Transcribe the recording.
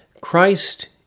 Christ